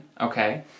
okay